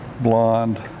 blonde